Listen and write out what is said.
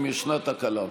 אם ישנה תקלה.